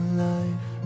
life